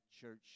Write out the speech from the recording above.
Church